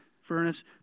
Furnace